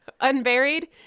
unburied